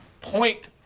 point